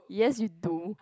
yes you do